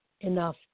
enough